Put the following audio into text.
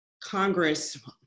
Congress